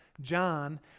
John